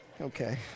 Okay